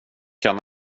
kan